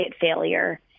failure